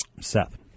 Seth